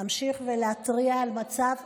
להמשיך להתריע על מצב,